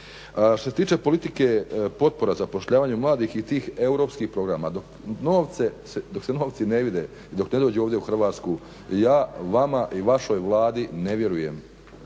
Što se tiče politike potpora u zapošljavanju mladih i tih europskih programa, dok se novci ne vide i dok ne dođu ovdje u Hrvatsku ja vama i vašoj Vladi ne vjerujem.